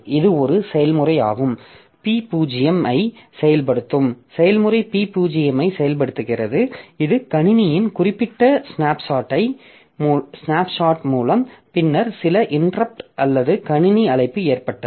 இது ஒரு செயல்முறையாகும் P0 ஐ செயல்படுத்தும் செயல்முறை P0 ஐ செயல்படுத்துகிறது இது கணினியின் குறிப்பிட்ட ஸ்னாப்ஷாட் மூலம் பின்னர் சில இன்டெர்ப்ட் அல்லது கணினி அழைப்பு ஏற்பட்டது